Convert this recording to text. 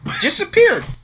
disappeared